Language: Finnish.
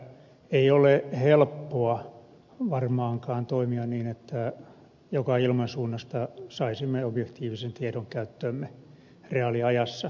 ei ole helppoa varmaankaan toimia niin että joka ilmansuunnasta saisimme objektiivisen tiedon käyttöömme reaaliajassa